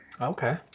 okay